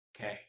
okay